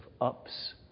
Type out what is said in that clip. ups